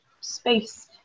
space